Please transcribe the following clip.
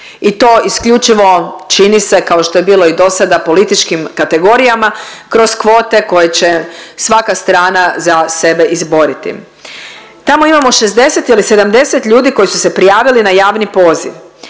i to isključivo čini se kao što je bilo i dosada političkim kategorijama kroz kvote koje će svaka strana za sebe izboriti. Tamo imamo 60 ili 70 ljudi koji su se prijavili na javni poziv,